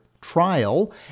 trial